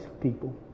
people